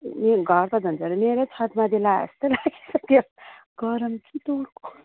घाम त झन् साह्रो मेरै छतमाथि लागे जस्तै लागिसक्यो गरम के